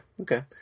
okay